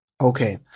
Okay